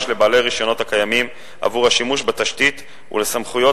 לבעלי הרשיונות הקיימים עבור השימוש בתשתית ולסמכויות